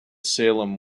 salem